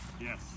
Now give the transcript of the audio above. Yes